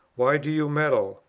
why do you meddle?